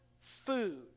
food